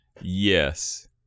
Yes